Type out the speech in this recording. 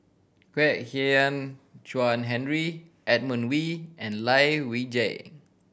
Kwek Hian Chuan Henry Edmund Wee and Lai Weijie